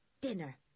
dinner